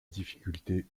difficulté